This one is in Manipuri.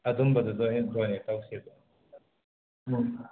ꯑꯗꯨꯒꯨꯝꯕꯗꯨꯗ ꯑꯣꯏꯅ ꯗꯣꯅꯦꯠ ꯇꯧꯁꯦꯕ